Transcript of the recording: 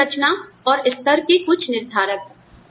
वेतन संरचना और स्तर के कुछ निर्धारक